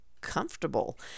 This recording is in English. comfortable